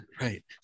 Right